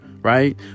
Right